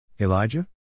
Elijah